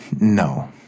No